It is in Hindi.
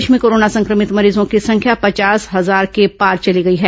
प्रदेश में कोरोना संक्रमित मरीजों की संख्या पचास हजार के पार चली गई है